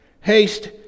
Haste